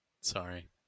sorry